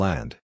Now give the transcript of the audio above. Land